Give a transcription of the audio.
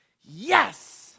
yes